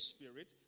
Spirit